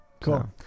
cool